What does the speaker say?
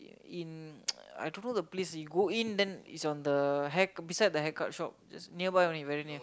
in I don't know the place you go in then is on the hair beside the haircut shop just nearby only very near